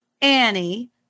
Annie